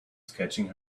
sketching